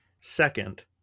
Second